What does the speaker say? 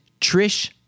Trish